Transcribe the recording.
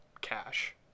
cash